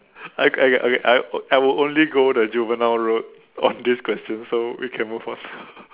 I okay okay I I will only go the juvenile road on this question so we can move on